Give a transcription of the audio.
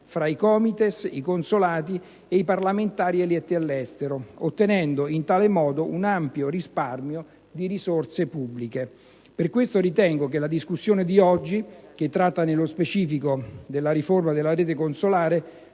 fra i Comites, i consolati e i parlamentari eletti all'estero, ottenendo in tale modo un ampio risparmio di risorse pubbliche. Per questo ritengo che la discussione di oggi, che tratta nello specifico della riforma della rete consolare,